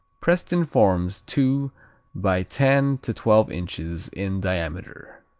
pressed in forms two by ten to twelve inches in diameter.